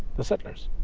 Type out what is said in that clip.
the settlers.